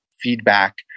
feedback